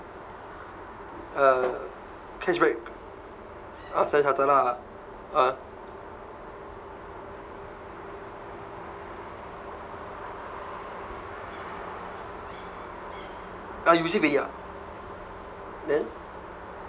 uh cashback ah stan chartered lah uh uh you receive already ah then